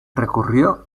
recurrió